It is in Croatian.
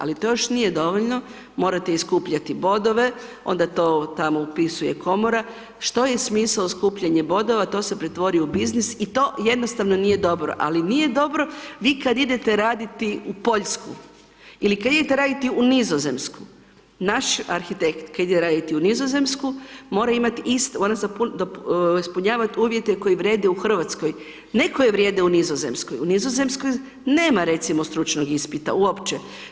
Ali to još nije dovoljno, morate i skupljati bodove onda to tamo upisuje komora, što je smisao skupljanja bodova, to se pretvori u biznis i to jednostavno nije dobro ali nije dobro, vi kad idete raditi u Poljsku ili kad idete raditi u Nizozemsku, naš arhitekt kad ide raditi u Nizozemsku, moram ispunjavati uvjete koji vrijede u Hrvatskoj ne koje vrijede u Nizozemskoj, u Nizozemskoj nema recimo stručnog ispita uopće.